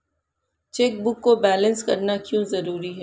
Chequebook को balance करना क्यों जरूरी है?